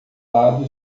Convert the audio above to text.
lado